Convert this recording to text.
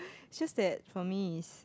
it's just that for me is